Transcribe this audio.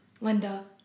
linda